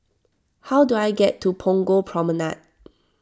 how do I get to Punggol Promenade